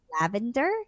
lavender